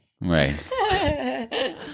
Right